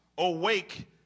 awake